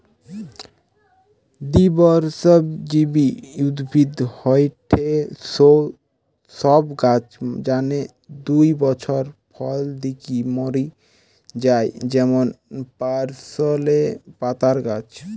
দ্বিবর্ষজীবী উদ্ভিদ হয়ঠে সৌ সব গাছ যানে দুই বছর ফল দিকি মরি যায় যেমন পার্সলে পাতার গাছ